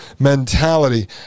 mentality